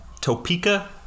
Topeka